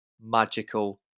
magical